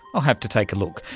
i'll have to take a look,